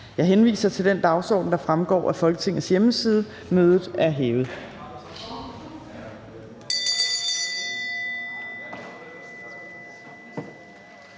Jeg henviser til den dagsorden, der fremgår af Folketingets hjemmeside. Mødet er hævet.